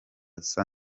asa